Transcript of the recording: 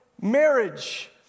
marriage